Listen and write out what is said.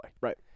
Right